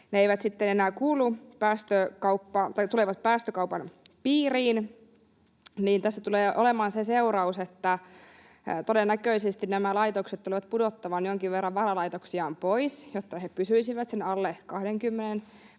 ne sitten tulevat päästökaupan piiriin, tässä tulee olemaan se seuraus, että todennäköisesti nämä laitokset tulevat pudottamaan jonkin verran varalaitoksiaan pois, jotta he pysyisivät sen 20 megawatin